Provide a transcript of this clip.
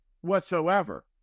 whatsoever